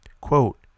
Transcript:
Quote